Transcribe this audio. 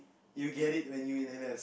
you get it when you in N_S